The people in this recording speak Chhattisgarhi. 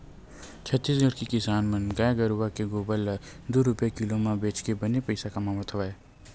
छत्तीसगढ़ के किसान मन गाय गरूवय के गोबर ल दू रूपिया किलो म बेचके बने पइसा कमावत हवय